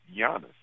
Giannis